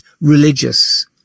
religious